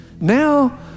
Now